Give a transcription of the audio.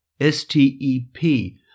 s-t-e-p